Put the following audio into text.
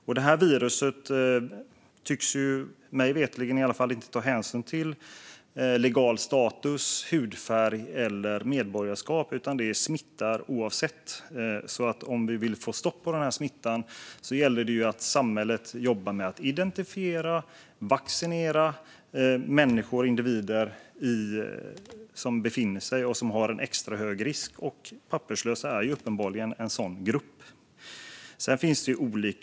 Mig veterligen tycks detta virus inte ta hänsyn till legal status, hudfärg eller medborgarskap, utan det smittar oavsett. Om vi vill få stopp på denna smitta gäller det att samhället jobbar med att identifiera och vaccinera människor som löper extra hög risk. Och papperslösa är uppenbarligen en sådan grupp.